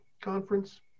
conference